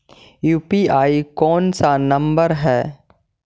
UPI कोन सा number हैं?